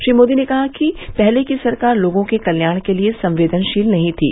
श्री मोदी ने कहा कि पहले की सरकार लोगों के कल्याण के लिए संवेदनशील नहीं थी